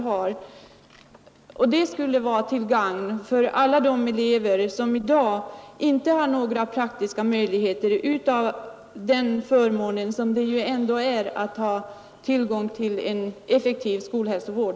Detta skulle vara till stort gagn för alla de elever, som i dag inte har några praktiska möjligheter att utnyttja den förmån som det ändå är att ha tillgång till en effektiv skolhälsovård.